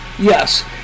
Yes